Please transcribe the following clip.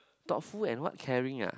thoughtful and what caring ah